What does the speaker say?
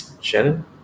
Shannon